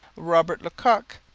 robert le coq,